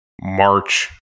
March